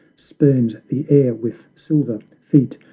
spurned the air with silver feet,